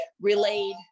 relayed